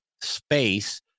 space